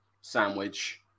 sandwich